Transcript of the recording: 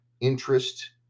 interest